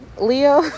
Leo